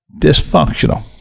dysfunctional